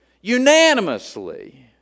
unanimously